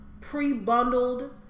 pre-bundled